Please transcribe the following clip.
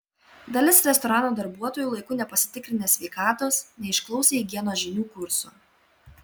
dalis restorano darbuotojų laiku nepasitikrinę sveikatos neišklausę higienos žinių kurso